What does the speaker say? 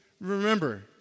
Remember